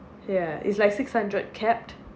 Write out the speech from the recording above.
ya it's like six hundred kept